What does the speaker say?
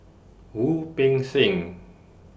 Wu Peng Seng